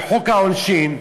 בחוק העונשין,